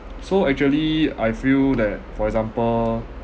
so actually I feel that for example